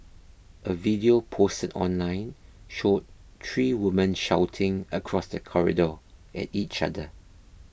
a video posted online showed three women shouting across the corridor at each other